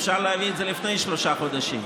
אפשר להביא את זה לפני שלושה חודשים,